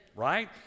right